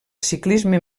ciclisme